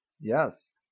Yes